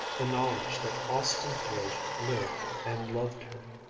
the knowledge that austin page lived and loved her.